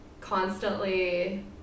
constantly